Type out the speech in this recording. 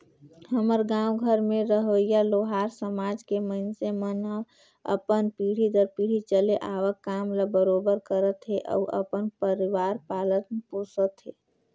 हमर गाँव घर में रहोइया लोहार समाज के मइनसे मन ह अपन पीढ़ी दर पीढ़ी चले आवक काम ल बरोबर करत हे अउ अपन परवार पालत पोसत हे